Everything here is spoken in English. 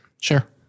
Sure